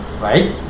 right